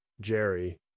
Jerry